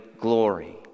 glory